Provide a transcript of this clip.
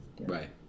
Right